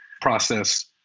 process